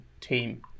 Team